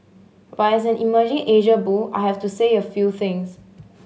but as an emerging Asia bull I have to say a few things